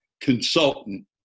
consultant